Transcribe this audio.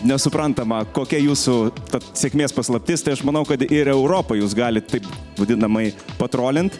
nesuprantama kokia jūsų ta sėkmės paslaptis tai aš manau kad ir europą jūs galit taip vadinamai patrolint